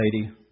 lady